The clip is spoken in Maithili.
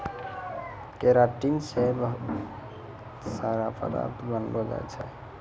केराटिन से बहुत सारा पदार्थ बनलो जाय छै